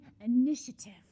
initiative